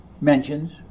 mentions